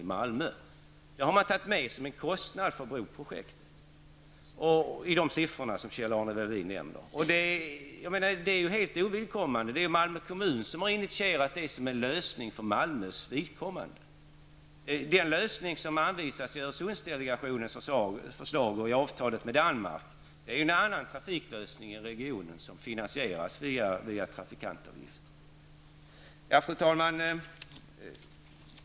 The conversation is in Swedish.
Det har tagits med som en kostnad för broprojektet i de siffror som Kjell-Arne Welin nämnde. Men det är helt ovidkommande. Det är Malmö kommun som har initierat tunneln som en lösning för Malmös vidkommande. Den lösning som anvisas i Öresundsdelegationens förslag och i avtalet med Danmark utgör en annan trafiklösning i regionen som finansieras med hjälp av avgifter från trafikanterna. Fru talman!